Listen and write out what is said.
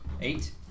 Eight